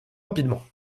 rapidement